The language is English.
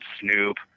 Snoop